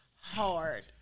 hard